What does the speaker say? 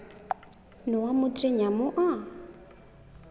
ᱱᱚᱣᱟ ᱢᱩᱫᱽᱨᱮ ᱧᱟᱢᱚᱜᱼᱟ